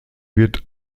wird